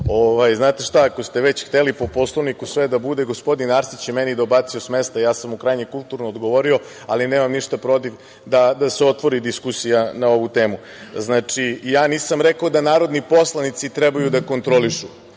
Znate šta, ako ste već hteli po Poslovniku, sve da bude, gospodin Arsić je dobacio meni s mesta, ja sam mu krajnje kulturno odgovorio, ali nemam ništa protiv da se otvori diskusija na ovu temu. Znači, ja nisam rekao da narodni poslanici trebaju da kontrolišu.